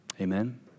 Amen